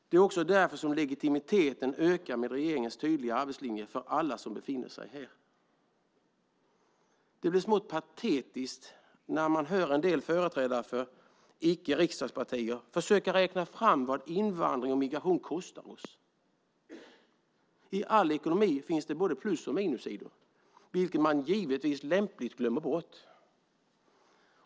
Det är också därför som legitimiteten ökar med regeringens tydliga arbetslinje för alla som befinner sig här. Det blir smått patetiskt när man hör en del företrädare för icke-riksdagspartier försöka räkna fram vad invandring och migration kostar oss. I all ekonomi finns det både plus och minussidor, vilket man givetvis lämpligt glömmer bort.